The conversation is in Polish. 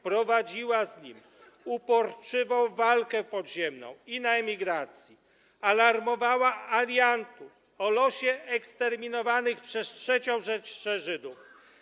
Prowadziła z nim uporczywą walkę podziemną i na emigracji alarmowała aliantów o losie eksterminowanych przez III Rzeszę Żydów.